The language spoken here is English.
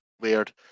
weird